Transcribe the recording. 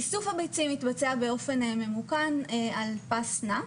איסוף הביצים מתבצע באופן ממוקד על פס נע.